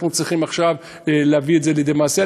אנחנו צריכים עכשיו להביא את זה לידי מעשה.